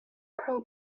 pro